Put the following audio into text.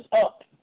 up